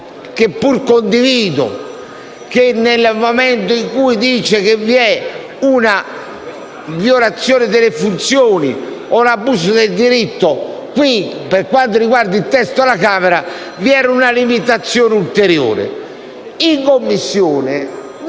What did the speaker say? che pure condivido, nel momento in cui afferma che vi è una violazione delle funzioni o l'abuso del diritto. Per quanto riguarda il testo approvato dalla Camera vi era una limitazione ulteriore. In Commissione,